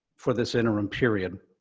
for this interim period.